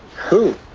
who?